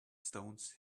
stones